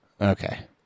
Okay